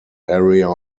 area